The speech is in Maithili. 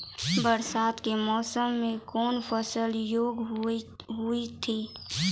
बरसात के मौसम मे कौन फसल योग्य हुई थी?